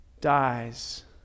dies